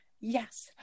Yes